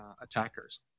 attackers